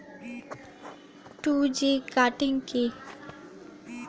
Two G cutting কি?